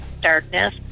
darkness